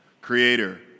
creator